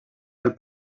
del